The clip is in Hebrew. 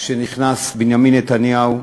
כשנכנס בנימין נתניהו,